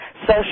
social